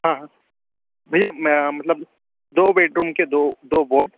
हाँ भैया मैं मतलब दो बेडरूम के दो दो बोर्ड